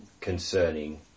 concerning